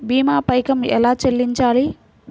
భీమా పైకం ఎలా చెల్లించాలి?